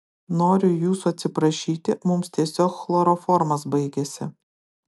noriu jūsų atsiprašyti mums tiesiog chloroformas baigėsi